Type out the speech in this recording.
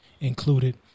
included